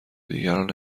دیگران